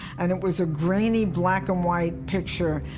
and it was a grainy black-and-white picture,